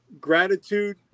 gratitude